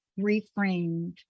reframed